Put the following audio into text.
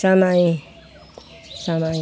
समय